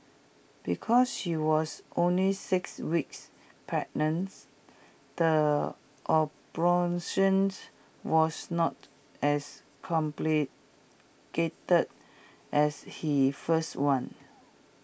because she was only six weeks pregnant the abortions was not as complicated as her first one